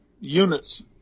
units